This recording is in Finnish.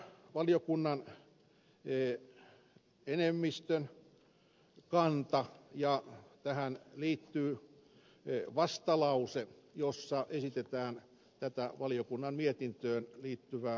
tämä on valiokunnan enemmistön kanta ja tähän liittyy vastalause jossa esitetään tätä valiokunnan mietintöön liittyvää lainsäädäntöä hylättäväksi